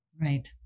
Right